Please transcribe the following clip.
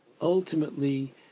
ultimately